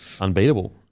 unbeatable